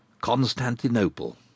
Constantinople